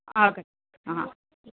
आगच्छ आ